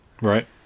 right